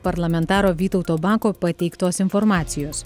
parlamentaro vytauto bako pateiktos informacijos